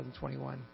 2021